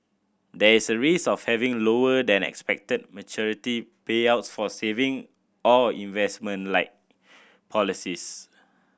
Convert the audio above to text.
there is a risk of having lower than expected maturity payouts for saving or investment liked policies